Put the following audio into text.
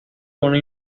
una